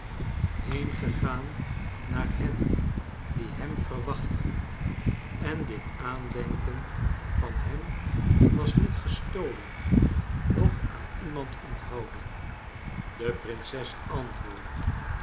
heengegaan naar hen die hem verwachtten en dit aandenken van hem was niet gestolen noch aan iemand onthouden de prinses antwoordde